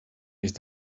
ist